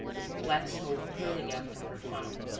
with black smoke curling up from her funnel.